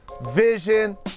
vision